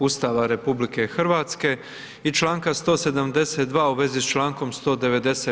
Ustava RH i članka 172. u vezi s člankom 190.